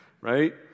right